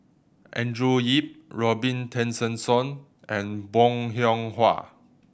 Andrew Yip Robin Tessensohn and Bong Hiong Hwa